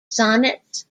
sonnets